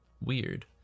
weird